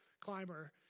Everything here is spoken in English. climber